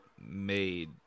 made